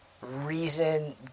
reason